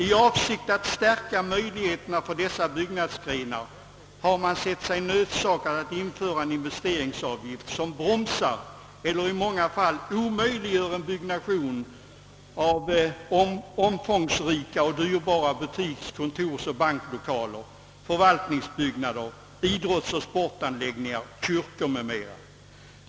I avsikt att förbättra möjligheterna för dessa byggnadsgrenar har man nu sett sig nödsakad att införa en investeringsavgift som bromsar eller i många fall omöjliggör byggandet av omfångsrika och dyrbara butiks-, kontorsoch banklokaler, förvaltningsbyggnader, idrottsoch sportanläggningar, kyrkor m.m.